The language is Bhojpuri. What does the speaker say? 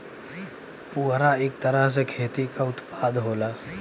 पुवरा इक तरह से खेती क उत्पाद होला